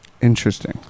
Interesting